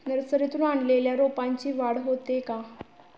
नर्सरीतून आणलेल्या रोपाची वाढ होते का?